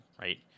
right